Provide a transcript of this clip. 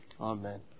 Amen